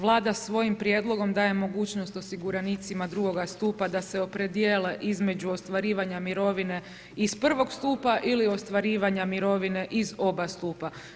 Vlada svojim prijedlogom daje mogućnost osiguranicima 2. stupa da se opredijele između ostvarivanja mirovine iz 1 stupa ili ostvarivanje mirovine iz oba stupa.